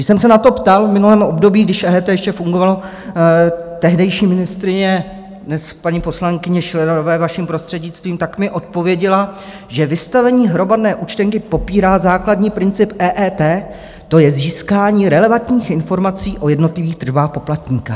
Když jsme se na to ptal v minulém období, když EET ještě fungovalo, tehdejší ministryně, dnes paní poslankyně Schillerové, vaším prostřednictvím, tak mi odpověděla, že vystavení hromadné účtenky popírá základní princip EET, to je získání relevantních informací o jednotlivých tržbách poplatníka.